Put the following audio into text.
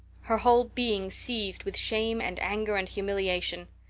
her whole being seethed with shame and anger and humiliation.